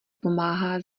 pomáhá